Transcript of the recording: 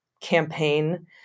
campaign